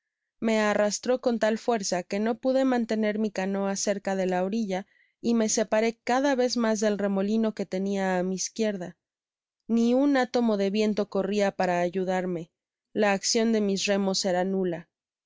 me arrastró con tal fuerza que no pude mantener mi canoa cerca de la orilla y me separé cada vez mas del remolino que tenia á mi izquierda ni un átomo de viento corria para ayudarme la accion de mis remos era nula